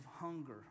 hunger